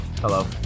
Hello